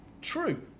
True